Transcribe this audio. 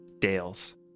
Dale's